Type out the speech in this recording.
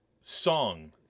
song